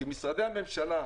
כי משרדי הממשלה,